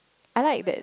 I like that